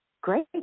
great